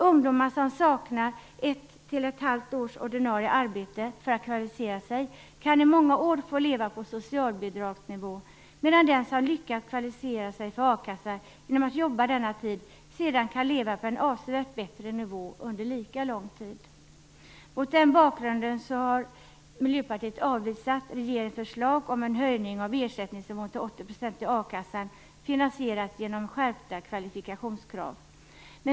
Ungdomar som saknar ett till ett halvt års ordinarie arbete för att kvalificera sig kan i många år få leva på socialbidragsnivå, medan den som lyckas kvalificera sig för a-kassa genom att jobba denna tid kan leva på en avsevärt bättre nivå under lika lång tid. Mot den bakgrunden har Miljöpartiet avvisat regeringens förslag om att en höjning av ersättningsnivån till 80 % i a-kassan finansieras genom skärpta kvalifikationskrav.